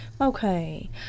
Okay